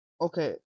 Okay